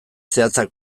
zehatzak